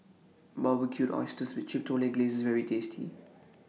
Barbecued Oysters with Chipotle Glaze IS very tasty